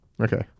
Okay